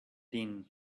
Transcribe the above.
din